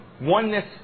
oneness